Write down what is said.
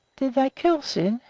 did they kill syd?